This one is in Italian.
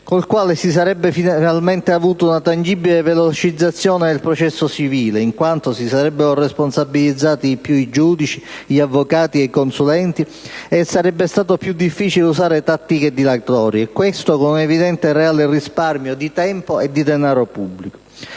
con la quale si sarebbe finalmente avuta una tangibile velocizzazione del processo civile, in quanto si sarebbero responsabilizzati di più i giudici, gli avvocati e i consulenti e sarebbe stato più difficile usare tattiche dilatorie. Questo, con un evidente, reale risparmio di tempo e di denaro pubblico.